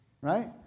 Right